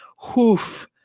Hoof